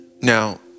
Now